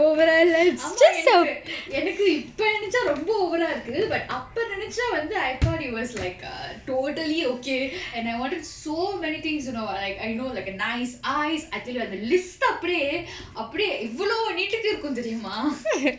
ஆமா எனக்கு இப்ப நெனச்சா ரொம்ப:aama enakku ippa nenacha romba over ah இருக்கு:irukku but அப்ப நெனச்சா வந்து:appa nenacha vanthu I thought it was like err totally okay and I wanted so many things you know what like you know like a nice eyes I tell you ah the list அப்படியே அப்படியே இவ்வளவு நீட்டுக்கு இருக்கும் தெரியுமா:appadiye appadiye ivvalavu neettukku irukkum theriyuma